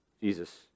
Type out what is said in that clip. Jesus